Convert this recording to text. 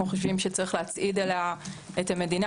חושבים שצריך להצעיד אליה את המדינה,